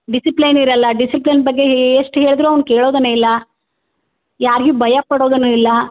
discipline ಇರಲ್ಲ discipline ಬಗ್ಗೆ ಎಷ್ಟು ಹೇಳಿದರು ಅವ್ನು ಕೇಳೊದೇನೆ ಇಲ್ಲ ಯಾರ್ಗು ಭಯ ಪಡೋದೆನು ಇಲ್ಲ